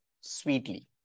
sweetly